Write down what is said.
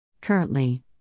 Currently